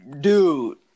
Dude